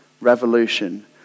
revolution